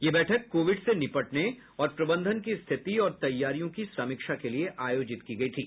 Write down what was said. यह बैठक कोविड से निपटने और प्रबंधन की स्थिति और तैयारियों की समीक्षा के लिए आयोजित की गई थी